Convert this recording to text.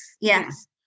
Yes